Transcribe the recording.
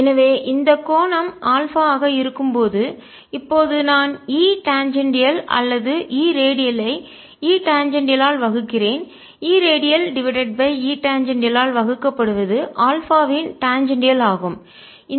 எனவே இந்த கோணம் ஆல்பா ஆக இருக்கும் போது இப்போது நான் E டாஞ்சேண்டியால் அல்லது E ரேடியல் ஐ E டாஞ்சேண்டியால் ஆல் வகுக்கிறேன் E radial divided by E tangential ஆல் வகுக்கப்படுவது ஆல்பாவின் டாஞ்சேண்டியால் தொடுகோடு ஆகும்